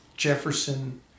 Jefferson